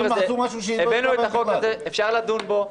הבאנו את הצעת החוק הזאת ואפשר לדון בה.